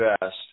best